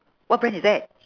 what brand is that